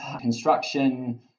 construction